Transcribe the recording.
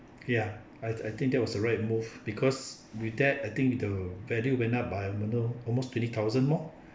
ya I I think that was a right move because with that I think the value went up by a number almost twenty thousand more